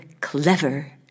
clever